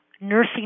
nursing